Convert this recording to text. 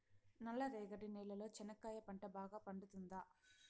నల్ల రేగడి నేలలో చెనక్కాయ పంట బాగా పండుతుందా?